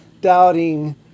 doubting